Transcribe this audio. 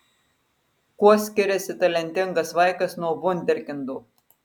kuo skiriasi talentingas vaikas nuo vunderkindo